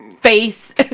face